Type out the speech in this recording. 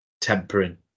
Tempering